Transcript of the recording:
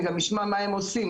אני גם אשמע מה הם עושים.